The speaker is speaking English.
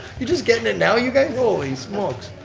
you just getting it now, you guys, holy smokes.